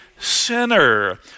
sinner